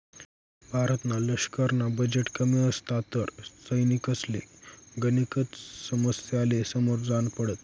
भारतना लशकरना बजेट कमी असता तर सैनिकसले गनेकच समस्यासले समोर जान पडत